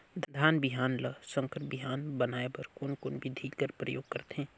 धान बिहान ल संकर बिहान बनाय बर कोन कोन बिधी कर प्रयोग करथे?